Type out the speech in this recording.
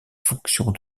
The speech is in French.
fonctions